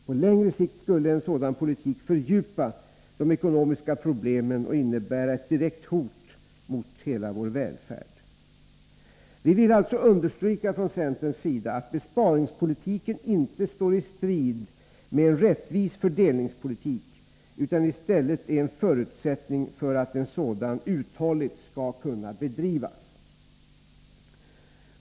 På längre sikt skulle en sådan politik fördjupa de ekonomiska problemen och innebära ett direkt hot mot hela vår välfärd. Vi vill alltså från centerns sida understryka att besparingspolitiken inte står istrid med en rättvis fördelningspolitik utan i stället är en förutsättning för att en sådan uthålligt skall kunna bedrivas.